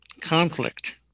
conflict